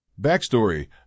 Backstory